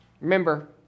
Remember